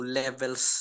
levels